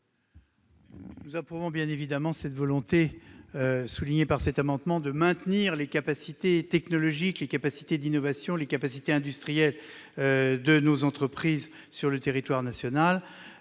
Nous approuvons, bien évidemment, la volonté, soulignée par cet amendement, de maintenir les capacités technologiques, les capacités d'innovation, les capacités industrielles de nos entreprises sur le territoire national.